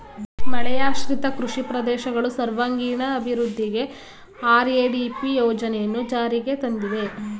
ಮಳೆಯಾಶ್ರಿತ ಕೃಷಿ ಪ್ರದೇಶಗಳು ಸರ್ವಾಂಗೀಣ ಅಭಿವೃದ್ಧಿಗೆ ಆರ್.ಎ.ಡಿ.ಪಿ ಯೋಜನೆಯನ್ನು ಜಾರಿಗೆ ತಂದಿದೆ